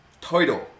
title